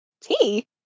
Tea